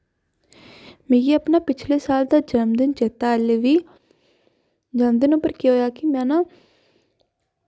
मिगी अपने पिछले साल दा जनम दिन चेता हाले बी जनम दिन पर केह् होया की में ना